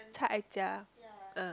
Cai-Ai-Jia uh